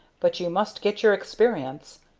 but you must get your experience.